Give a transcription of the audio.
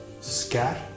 Scat